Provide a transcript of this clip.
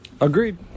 Agreed